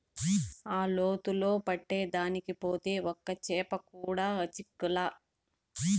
ఆ లోతులో పట్టేదానికి పోతే ఒక్క చేప కూడా చిక్కలా